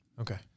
Okay